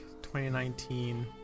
2019